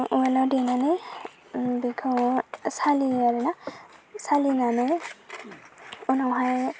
उवालाव देनानै बेखौ सालियो आरो ना सालिनानै उनावहाय